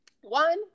one